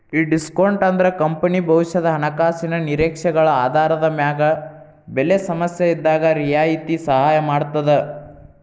ಈ ಡಿಸ್ಕೋನ್ಟ್ ಅಂದ್ರ ಕಂಪನಿ ಭವಿಷ್ಯದ ಹಣಕಾಸಿನ ನಿರೇಕ್ಷೆಗಳ ಆಧಾರದ ಮ್ಯಾಗ ಬೆಲೆ ಸಮಸ್ಯೆಇದ್ದಾಗ್ ರಿಯಾಯಿತಿ ಸಹಾಯ ಮಾಡ್ತದ